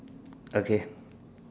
okay